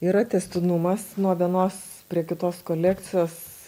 yra tęstinumas nuo vienos prie kitos kolekcijos